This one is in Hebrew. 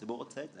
הציבור רוצה את זה.